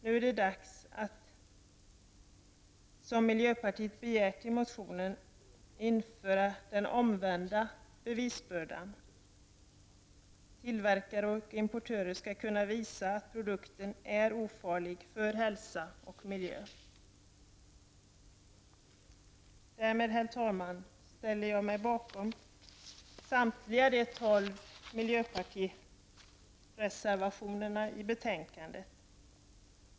Nu är det dags att -- som miljöpartiet begär i motionen -- införa den omvända bevisbördan. Tillverkare och importörer skall kunna visa att produkterna är ofarliga för hälsa och miljö. Därmed, herr talman, ställer jag mig bakom samtliga tolv reservationer från miljöpartiet.